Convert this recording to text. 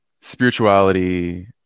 spirituality